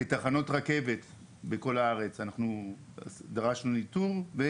בתחנות רכבת בכל הארץ דרשנו ניטור.